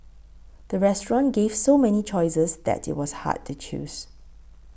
the restaurant gave so many choices that it was hard to choose